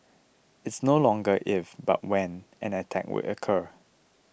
it's no longer if but when an attack will occur